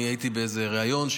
הייתי בריאיון,